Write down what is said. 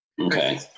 Okay